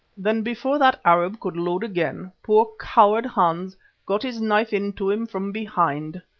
then before that arab could load again, poor coward hans got his knife into him from behind.